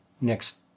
next